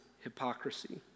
hypocrisy